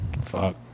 Fuck